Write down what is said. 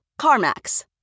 CarMax